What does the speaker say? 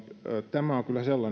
tämä on kyllä sellainen